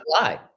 lie